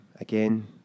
Again